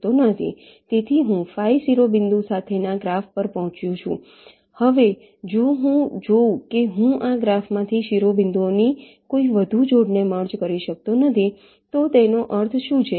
તેથી હું 5 શિરોબિંદુઓ સાથેના ગ્રાફ પર પહોંચ્યો છું હવે જો હું જોઉં કે હું આ ગ્રાફમાંથી શિરોબિંદુઓની કોઈ વધુ જોડને મર્જ કરી શકતો નથી તો તેનો અર્થ શું છે